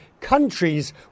countries